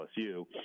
LSU